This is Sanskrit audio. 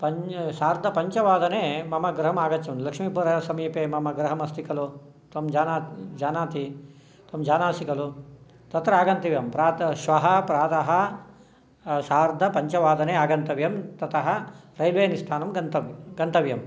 सार्धपञ्चवादने मम गृहम् आगच्छ लक्ष्मीपुरसमीपे मम गृहम् अस्ति खलु त्वं जानासि त्वं जानासि खलु तत्र आगन्तव्यं प्रात श्वः प्रातः सार्धपञ्चवादने आगन्तव्यं ततः रेल्वे निस्थानं गन्तव्यं गन्तव्यं